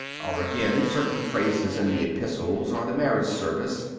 or, again, certain phrases in the epistles or the marriage service,